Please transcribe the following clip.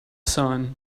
sun